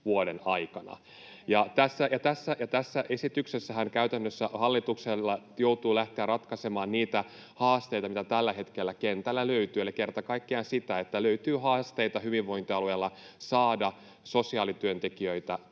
vuoden aikana. Ja tässä esityksessähän käytännössä hallitus joutuu lähtemään ratkaisemaan niitä haasteita, mitä tällä hetkellä kentältä löytyy, eli kerta kaikkiaan sitä, että löytyy haasteita hyvinvointialueilla saada sosiaalityöntekijöitä